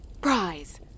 prize